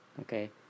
Okay